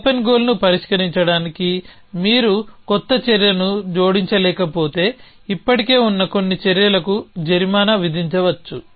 open గోల్ని పరిష్కరించడానికి మీరు కొత్త చర్యను జోడించలేకపోతే ఇప్పటికే ఉన్న కొన్ని చర్యలకు జరిమానా విధించవచ్చు